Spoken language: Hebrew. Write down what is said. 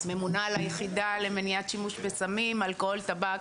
ממונה על היחידה למניעת השימוש בסמים, אלכוהול טבק